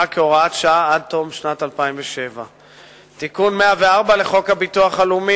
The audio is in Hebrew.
כהוראת שעה עד תום שנת 2007. תיקון 104 לחוק הביטוח הלאומי